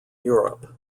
europe